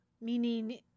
meaning